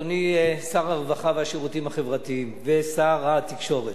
אדוני שר הרווחה והשירותים החברתיים ושר התקשורת,